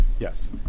Yes